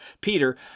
Peter